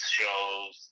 shows